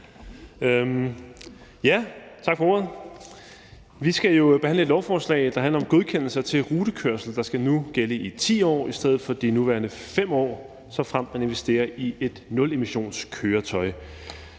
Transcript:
Tak for ordet. Vi skal jo behandle et lovforslag, der handler om, at godkendelser til rutekørsel nu skal gælde i 10 år i stedet for de nuværende 5 år, såfremt man investerer i et nulemissionskøretøj.